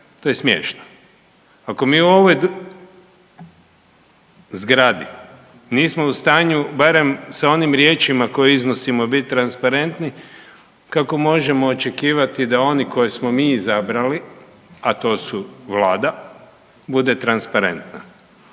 to je smiješno. Ako mi u ovoj .../nerazumljivo/... zgradi nismo u stanju barem sa onim riječima koje iznosimo biti transparentni, kako možemo očekivati da oni koje smo mi izabrali, a to su Vlada, bude transparentna?